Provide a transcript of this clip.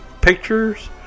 Pictures